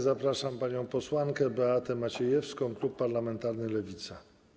Zapraszam panią posłankę Beatę Maciejewską, klub parlamentarny Lewica.